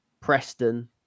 Preston